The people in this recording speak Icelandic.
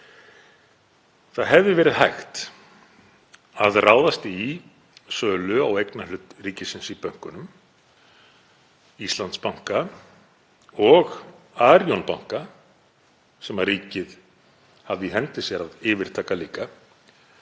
Það hefði verið hægt að ráðast í sölu á eignarhlut ríkisins í bönkunum, Íslandsbanka og Arion banka sem ríkið hafði í hendi sér að yfirtaka líka,